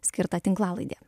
skirta tinklalaidė